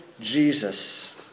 Jesus